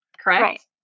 Correct